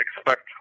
expect